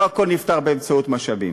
לא הכול נפתר באמצעות משאבים.